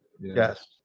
yes